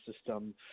system